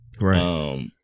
right